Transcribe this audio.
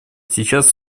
сейчас